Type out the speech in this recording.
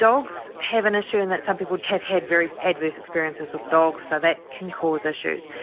dogs have an issue in that some people have had very adverse experiences with dogs, so that can cause issues.